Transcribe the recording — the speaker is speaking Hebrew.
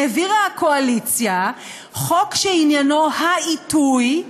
העבירה הקואליציה חוק שעניינו העיתוי,